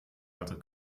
also